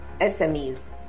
SMEs